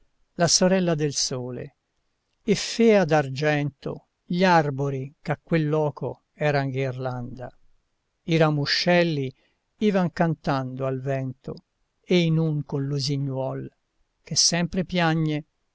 la sorella del sole e fea d'argento gli arbori ch'a quel loco eran ghirlanda i ramoscelli ivan cantando al vento e in un con l'usignol che sempre piagne